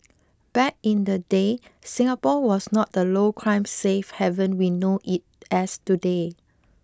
back in the day Singapore was not the low crime safe haven we know it as today